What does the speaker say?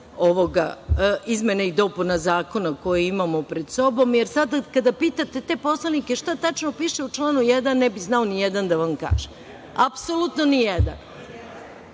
izmene i dopuna zakona koji imamo pred sobom, jer sada kada pitate te poslanike šta tačno piše u članu 1. ne bi znao ni jedan da vam kaže, apsolutno ni jedan.